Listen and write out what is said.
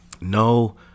No